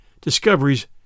discoveries